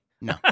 No